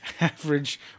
average